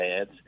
ads